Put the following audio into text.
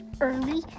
early